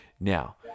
now